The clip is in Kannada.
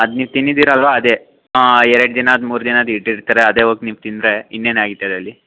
ಅದು ನೀವು ತಿಂದಿದಿರಲ್ವ ಅದೇ ಎರಡು ದಿನದ್ದು ಮೂರು ದಿನದ್ದು ಇಟ್ಟಿರ್ತಾರೆ ಅದೇ ಹೋಗ್ ನೀವು ತಿಂದರೆ ಇನ್ನೇನು ಆಗ್ತದ್ ಅಲ್ಲಿ